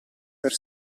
per